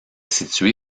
situé